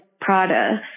Prada